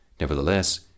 Nevertheless